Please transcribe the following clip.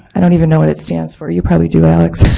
i don't even know what it stands for, you probably do, alex.